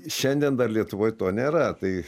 šiandien dar lietuvoj to nėra tai